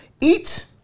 eat